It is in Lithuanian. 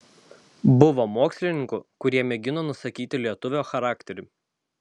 buvo mokslininkų kurie mėgino nusakyti lietuvio charakterį